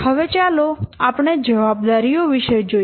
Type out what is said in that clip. હવે ચાલો આપણે જવાબદારીઓ વિષે જોઈએ